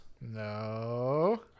No